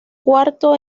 cuarto